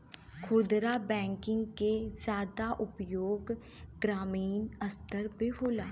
खुदरा बैंकिंग के जादा उपयोग ग्रामीन स्तर पे होला